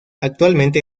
actualmente